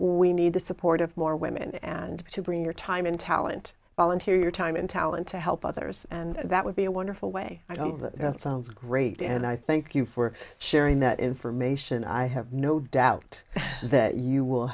we need the support of more women and to bring your time and talent volunteer your time and talent to help others and that would be a wonderful way i don't know that sounds great and i thank you for sharing that information i have no doubt that you will